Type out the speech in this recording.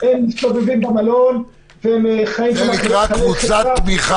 הם מסתובבים במלון ויש להם חיי חברה.